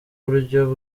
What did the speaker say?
buryo